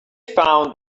found